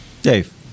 Dave